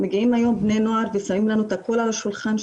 מגיעים היום בני נוער ושמים לנו את הכול על השולחן,